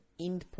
endpoint